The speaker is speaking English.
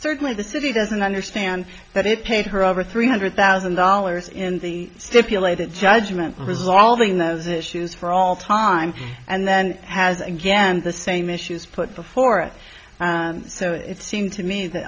certainly the city doesn't understand that it paid her over three hundred thousand dollars in the stipulated judgment resolving those issues for all time and then has again the same issues put before it and so it seemed to me th